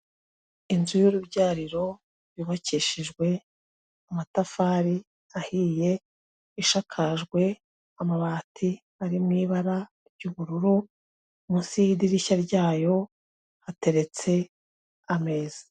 Inzu y'urubyariro yubakishijwe amatafari ahiye, ishakajwe amabati ari mu ibara ry'ubururu, munsi y'idirishya ryayo hateretse ameza.